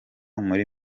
muri